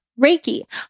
Reiki